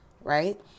right